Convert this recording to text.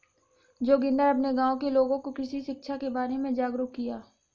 जोगिंदर अपने गांव के लोगों को कृषि शिक्षा के बारे में जागरुक किया